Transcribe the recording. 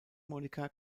monica